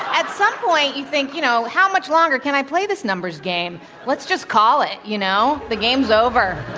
at some point you think, you know, how much longer can i play this numbers game? let's just call it, you know? the game's over.